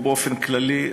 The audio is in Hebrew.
או באופן כללי,